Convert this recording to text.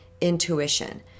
Intuition